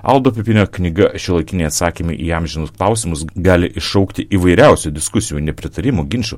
aldo pipinio knyga šiuolaikiniai atsakymai į amžinus klausimus gali iššaukti įvairiausių diskusijų nepritarimų ginčų